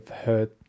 heard